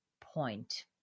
point